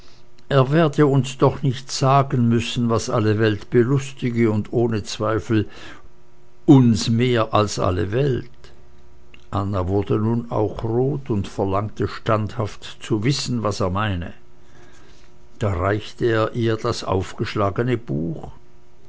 er werde uns doch nicht sagen müssen was alle welt belustige und uns ohne zweifel mehr als alle welt anna wurde nun auch rot und verlangte standhaft zu wissen was er meine da reichte er ihr das aufgeschlagene buch